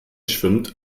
schwimmt